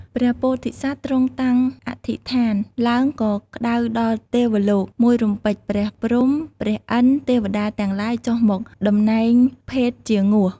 ព្រះពោធិសត្វទ្រង់តាំងអធិដ្ឋានឡើងក៏ក្តៅដល់ទេវលោកមួយរំពេចព្រះព្រហ្ម ព្រះ ឥន្ទ ទេវតាទាំងឡាយចុះមកដំណែងភេទជាងោះ។